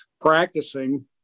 practicing